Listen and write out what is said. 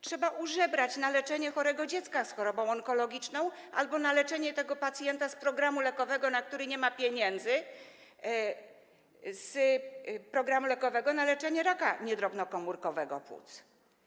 Trzeba użebrać na leczenie chorego dziecka z chorobą onkologiczną albo na leczenie tego pacjenta z programu lekowego, na który nie ma pieniędzy, z programu lekowego na leczenie raka niedrobnokomórkowego płuc.